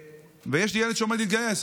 ויש לי ילד שעומד להתגייס.